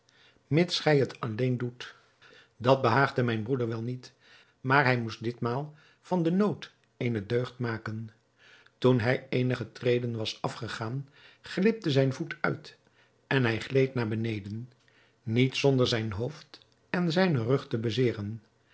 mits gij het alleen doet dat behaagde mijn broeder wel niet maar hij moest ditmaal van den nood eene deugd maken toen hij eenige treden was afgegaan glipte zijn voet uit en hij gleed naar beneden niet zonder zijn hoofd en zijnen rug te bezeeren